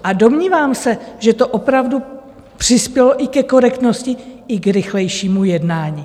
A domnívám se, že to opravdu přispělo i ke korektnosti, i k rychlejšímu jednání.